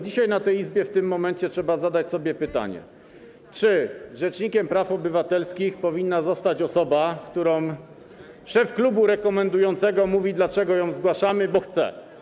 Dzisiaj w tej Izbie, w tym momencie, trzeba zadać sobie pytanie, czy rzecznikiem praw obywatelskich powinna zostać osoba, o której szef klubu rekomendującego mówi: dlatego ją zgłaszamy, bo chce.